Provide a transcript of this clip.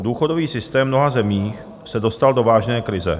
Důchodový systém v mnoha zemích se dostal do vážné krize.